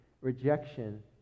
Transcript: rejection